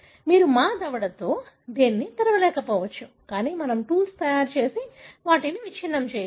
మీరు మా దవడతో దేనినీ తెరవలేకపోవచ్చు కానీ మనము టూల్స్ తయారు చేసి వాటిని విచ్ఛిన్నం చేయవచ్చు